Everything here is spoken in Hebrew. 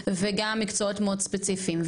וגם מקצועות מאוד ספציפיים.